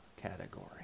category